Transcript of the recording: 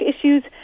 issues